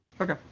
okay